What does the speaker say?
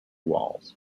walls